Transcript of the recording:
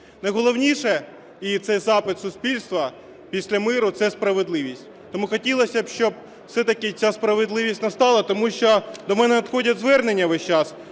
Найголовніше, і це запит суспільства, після миру – це справедливість. Тому хотілося, щоб все-таки ця справедливість настала, тому що до мене надходять звернення весь час,